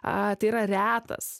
a tai yra retas